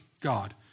God